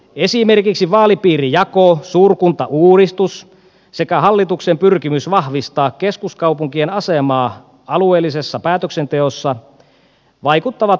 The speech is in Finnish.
esimerkiksi vaalipiirijako suurkuntauudistus sekä hallituksen pyrkimys vahvistaa keskuskaupunkien asemaa alueellisessa päätöksenteos sa vaikuttavat aluehallintomme tulevaisuuteen